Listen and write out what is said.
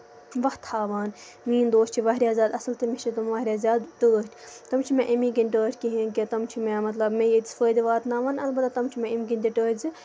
وَتھ ہٲوان میٲنۍ دوس چھِ واریاہ زیادٕ اَصٕل تہِ مےٚ چھِ تِم وایاہ زیادٕ ٹٲٹھۍ تِم چھِنہٕ مےٚ اَمے کِنۍ ٹٲٹھۍ کِہینۍ کہِ تِم چھِ مےٚ مطلب مےٚ ییٚتیس فٲیدٕ واتناوان اَلبتہ تِم چھِ مےٚ اَمہِ کِنۍ تہِ ٹٲٹھۍ زِ